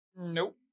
Nope